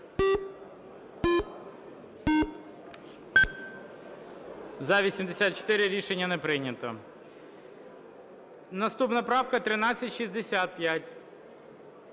За-86 Рішення не прийнято. Наступна поправка 1417.